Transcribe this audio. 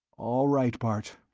all right, bart.